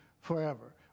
forever